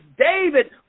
David